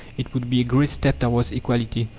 it would be a great step towards equality.